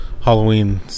Halloween